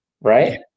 Right